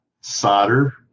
solder